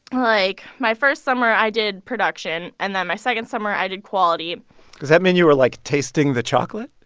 like, my first summer, i did production. and then my second summer, i did quality does that mean you were, like, tasting the chocolate?